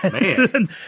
man